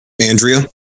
Andrea